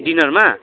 डिनरमा